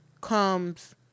comes –